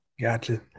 Gotcha